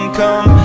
come